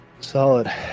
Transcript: solid